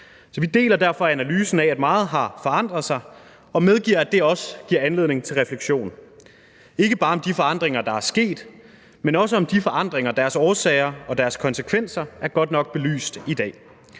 vi deler derfor analysen af, at meget har forandret sig, og vi medgiver, at det også giver anledning til refleksion, ikke bare over de forandringer, der er sket, men også over, om de forandringers årsager og konsekvenser er godt nok belyst i dag,